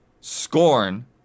Scorn